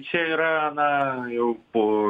čia yra na jau po